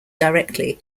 directly